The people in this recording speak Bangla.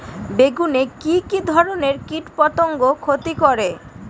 বেগুনে কি কী ধরনের কীটপতঙ্গ ক্ষতি করে?